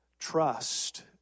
Trust